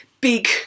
big